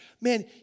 Man